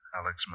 Alex